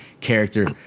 character